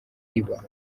riba